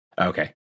Okay